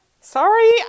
Sorry